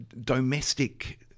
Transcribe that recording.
domestic